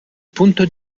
punto